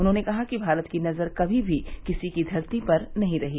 उन्होंने कहा कि भारत की नजर कमी भी किसी की धरती पर नहीं रही